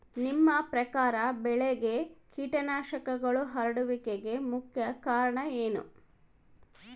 ನಿಮ್ಮ ಪ್ರಕಾರ ಬೆಳೆಗೆ ಕೇಟನಾಶಕಗಳು ಹರಡುವಿಕೆಗೆ ಮುಖ್ಯ ಕಾರಣ ಏನು?